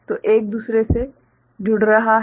तो एक दूसरे से जुड़ रहा है